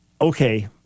Okay